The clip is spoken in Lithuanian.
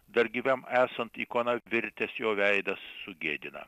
dar gyvam esant ikona virtęs jo veidas sugėdina